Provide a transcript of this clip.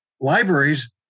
libraries